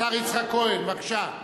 השר יצחק כהן, בבקשה.